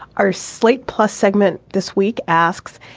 our slate plus segment this week asks,